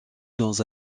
dans